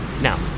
Now